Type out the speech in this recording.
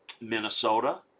Minnesota